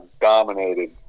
dominated